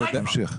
תמשיך.